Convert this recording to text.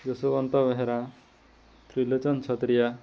Yashwant Behera Trilochan Chhatria